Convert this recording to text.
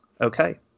Okay